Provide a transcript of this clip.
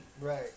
Right